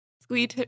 Squeeze